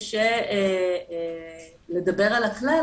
קשה לדבר על הכלל,